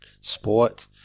sport